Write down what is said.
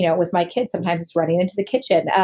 yeah with my kids sometimes it's running into the kitchen,